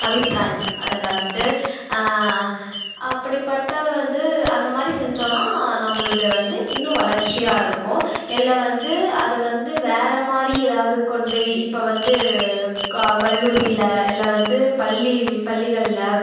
அபிப்ராயம் அதில் வந்து அப்படிப்பட்ட வந்து அந்தமாதிரி செஞ்சோம்ன்னா நம்மளுது வந்து இன்னும் வளர்ச்சியாக இருக்கும் இல்லை வந்து அதை வந்து வேறமாரி ஏதாவது கொண்டு போய் இப்போ வந்து க கல்லூரியில இல்லை வந்து பள்ளியில் பள்ளிகள்ல